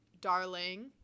darling